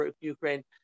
Ukraine